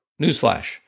Newsflash